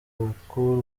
bw’u